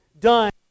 done